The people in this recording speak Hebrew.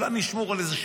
אולי נשמור על איזה שלושה,